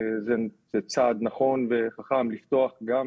זה צעד נכון וחכם לפתוח גם